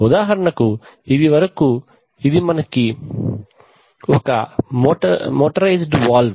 ఉదాహరణకు ఇదివరకు ఇది మనకి ఒక మోటరైజేడ్ వాల్వ్